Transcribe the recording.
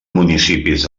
municipis